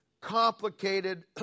complicated